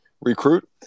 recruit